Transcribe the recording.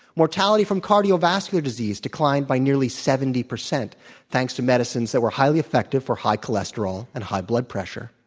mortality from cardiovascular disease declined by nearly seventy percent thanks to medicines that were highly effective for high cholesterol and high blood pressure.